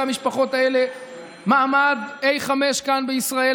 המשפחות האלה מעמד א/5 כאן בישראל,